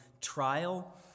trial